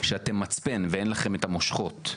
שאתם מצפן ואין לכם את הסמכות,